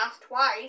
twice